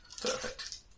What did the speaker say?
Perfect